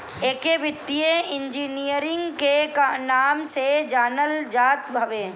एके वित्तीय इंजीनियरिंग के नाम से जानल जात हवे